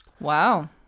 Wow